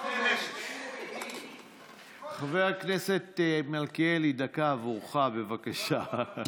חבר הכנסת מלכיאלי, דקה עבורך, בבקשה.